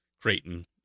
Creighton